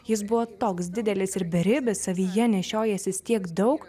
jis buvo toks didelis ir beribis savyje nešiojęsis tiek daug